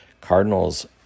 Cardinals